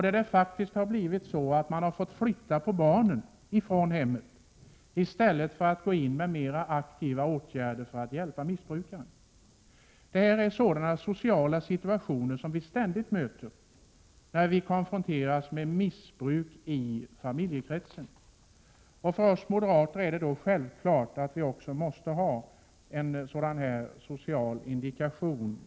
Det har faktiskt blivit även så att man har fått flytta på barnen från hemmet i stället för att gå in med mera aktiva åtgärder för att hjälpa missbrukaren. Det här är sådana sociala situationer som vi ständigt möter när vi konfronteras med missbrukare i familjekretsen. För oss moderater är det då Prot. 1987/88:136 självklart att vi måste ha en social indikation i LVM.